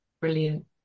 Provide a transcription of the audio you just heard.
Brilliant